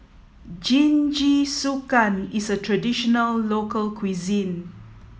Jingisukan is a traditional local cuisine